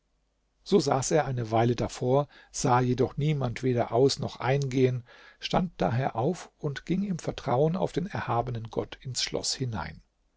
so saß er eine weile davor sah jedoch niemand weder aus noch eingehen stand daher auf und ging im vertrauen auf den erhabenen gott ins schloß hinein